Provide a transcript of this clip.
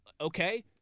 Okay